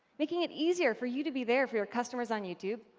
making it easier for you to be there for your customers on youtube,